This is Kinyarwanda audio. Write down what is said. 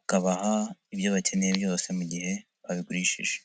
ukabaha ibyo bakeneye byose mu gihe babigurishije.